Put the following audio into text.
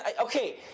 Okay